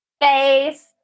face